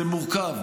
זה מורכב.